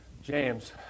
James